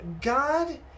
God